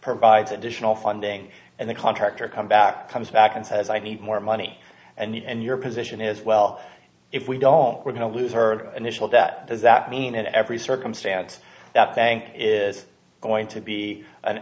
provides additional funding and the contractor come back comes back and says i need more money and you and your position is well if we don't we're going to lose her initial that does that mean in every circumstance that bank is going to be an